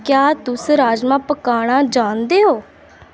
क्या तुस राजमा पकाना जानदे ओ